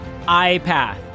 iPath